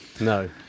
no